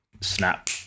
snap